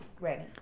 ready